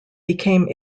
became